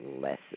less